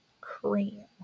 cream